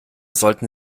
sollte